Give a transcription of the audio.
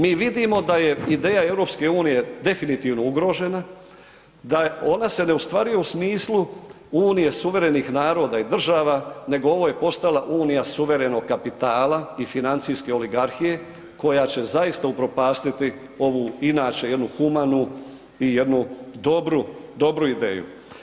Mi vidimo da je ideja EU definitivno ugrožena, da ona se ne ostvaruje u smislu unije suverenih naroda i država, nego ovo je postala unija suverenog kapitala i financijske oligarhije koja će zaista upropastiti ovu inače jednu humanu i jednu dobru, dobru ideju.